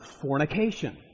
fornication